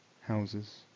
houses